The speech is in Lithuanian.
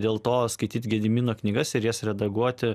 dėl to skaityt gedimino knygas ir jas redaguoti